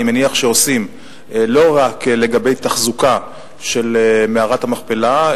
אני מניח שעושים לא רק לגבי תחזוקה של מערת המכפלה,